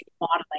modeling